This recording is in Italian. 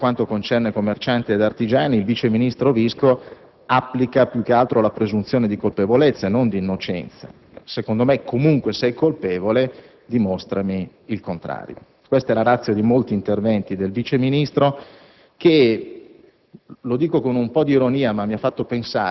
In ordine all'evasione fiscale, per quanto concerne commercianti ed artigiani, il vice ministro Visco applica più che altro la presunzione di colpevolezza, non di innocenza, per cui secondo me, comunque, sei colpevole; dimostrami il contrario! Questa è la *ratio* di molti interventi del Vice ministro e,